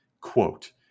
Quote